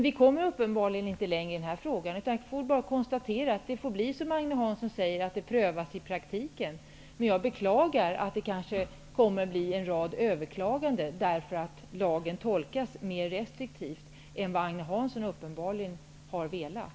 Vi kommer uppenbarligen inte längre i den här frågan, utan jag konstaterar att det får bli som Agne Hansson säger, att det prövas i praktiken. Men jag beklagar att det kanske kommer att bli en rad överklaganden, därför att lagen tolkas mera restriktivt än vad Agne Hansson uppenbarligen har velat.